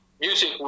music